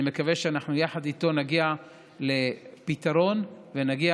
אני מקווה שיחד איתו נגיע לפתרון ונגיע